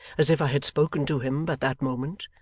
as if i had spoken to him but that moment,